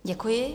Děkuji.